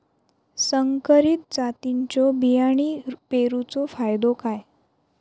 संकरित जातींच्यो बियाणी पेरूचो फायदो काय?